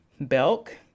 Belk